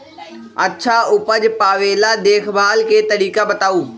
अच्छा उपज पावेला देखभाल के तरीका बताऊ?